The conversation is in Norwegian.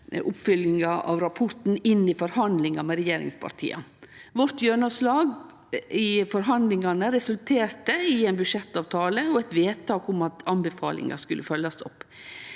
oppfølginga av rapporten inn i forhandlinga med regjeringspartia. Vårt gjennomslag i forhandlingane resulterte i ein budsjettavtale og eit vedtak om at anbefalinga skulle følgjast opp.